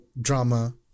drama